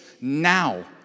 now